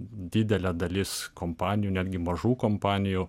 didelė dalis kompanijų netgi mažų kompanijų